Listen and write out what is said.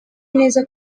neza